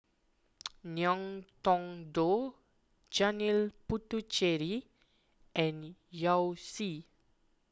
Ngiam Tong Dow Janil Puthucheary and Yao Zi